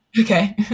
Okay